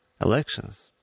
elections